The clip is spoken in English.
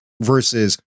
versus